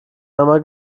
einmal